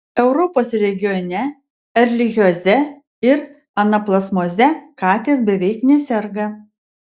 europos regione erlichioze ir anaplazmoze katės beveik neserga